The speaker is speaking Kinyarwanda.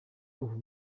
ubu